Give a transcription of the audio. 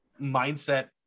mindset